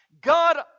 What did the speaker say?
God